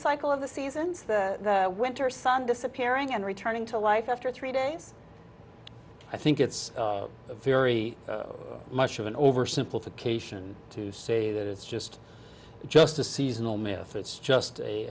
cycle of the seasons the winter sun disappearing and returning to life after three days i think it's very much of an oversimplification to say that it's just just a seasonal me if it's just a